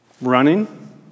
Running